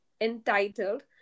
entitled